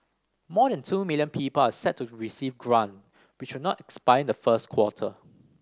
more than two million people are set to receive grant which will not expire in the first quarter